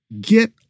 Get